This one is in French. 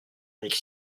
avec